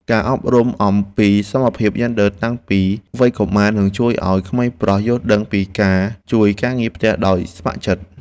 ការអប់រំអំពីសមភាពយេនឌ័រតាំងពីវ័យកុមារនឹងជួយឱ្យក្មេងប្រុសយល់ដឹងពីការជួយការងារផ្ទះដោយស្ម័គ្រចិត្ត។